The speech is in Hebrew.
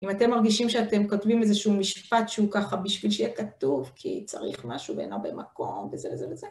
אם אתם מרגישים שאתם כותבים איזשהו משפט, שהוא ככה בשביל שיהיה כתוב, כי צריך משהו ואין הרבה מקום, וזה וזה וזה...